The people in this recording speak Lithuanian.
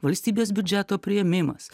valstybės biudžeto priėmimas